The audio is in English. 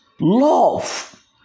love